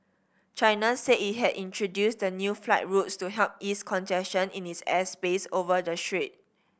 China said it had introduced the new flight routes to help ease congestion in its airspace over the strait